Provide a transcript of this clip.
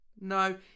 no